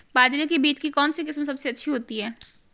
बाजरे के बीज की कौनसी किस्म सबसे अच्छी होती है?